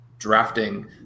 drafting